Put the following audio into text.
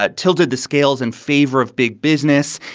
but tilted the scales in favor of big business,